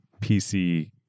PC